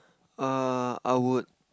uh I would